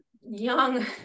young